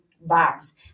bars